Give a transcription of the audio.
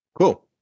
Cool